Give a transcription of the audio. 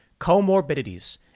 comorbidities